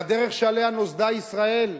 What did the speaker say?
לדרך שעליה נוסדה ישראל,